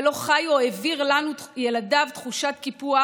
ולא חי או העביר לנו, ילדיו, תחושת קיפוח,